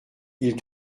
ils